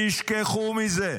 תשכחו מזה.